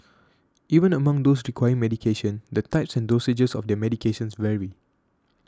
even among those requiring medication the types and dosages of their medications vary